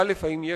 אדוני השר,